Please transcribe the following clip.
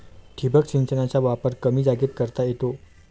ठिबक सिंचनाचा वापर कमी जागेत करता येतो